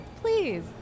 please